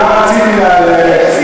כי לא רציתי להפריע,